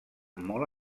molt